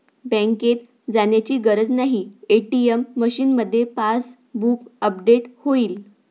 बँकेत जाण्याची गरज नाही, ए.टी.एम मशीनमध्येच पासबुक अपडेट होईल